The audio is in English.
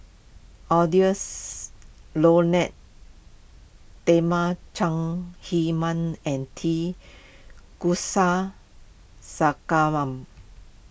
Lyonet Talma Chong Heman and T